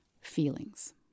feelings